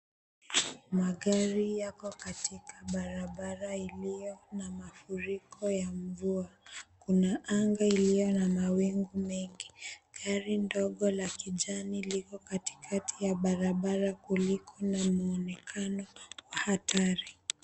Magari yapo katika barabara iliyo na mafuriko ya mvua, kuna anga iliyo na mawingu mengi. Gari ndogo la jani liko katikati ya barabara kuliko na mwonekano wa hatari.